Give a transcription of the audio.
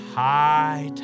high